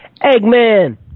Eggman